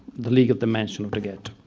the legal dimension of the ghetto.